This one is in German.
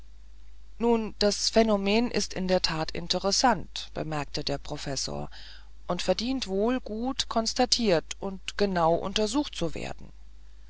nun das phänomen ist in der tat interessant bemerkte der professor und verdient wohl gut konstatiert und genau untersucht zu werden